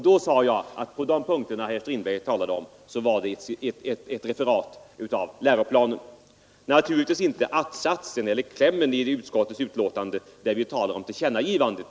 Då sade jag att de punkter som herr Strindberg talade om innehöll ett referat av läroplanen Det gällde naturligtvis inte klämmen och att-satserna i utskottets betänkande, där det talas om tillkännagivandet.